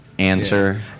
answer